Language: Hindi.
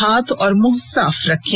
हाथ और मुंह साफ रखें